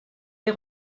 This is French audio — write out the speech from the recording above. les